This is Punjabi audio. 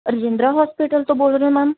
ਰਜਿੰਦਰਾ ਹੋਸਪਿਟਲ ਤੋਂ ਬੋਲ ਰਹੇ ਹੋ ਮੈਮ